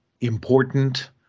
important